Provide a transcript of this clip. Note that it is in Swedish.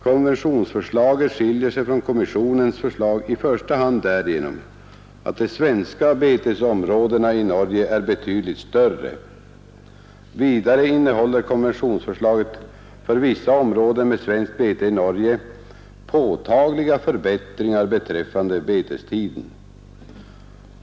Konventionsförslaget skiljer sig från kommissionens förslag i första hand därigenom att de svenska betesområdena i Norge är betydligt större. Vidare innehåller konventionsförslaget för vissa områden med svenskt bete i Norge påtagliga förbättringar beträffande betestiden.